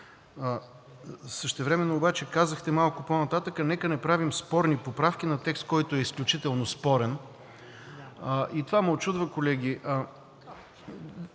Същевременно обаче казахте малко по-нататък: „нека не правим спорни поправки на текст, който е изключително спорен“, и това ме учудва, колеги.